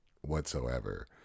whatsoever